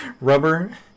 Rubber